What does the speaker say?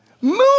move